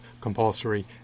compulsory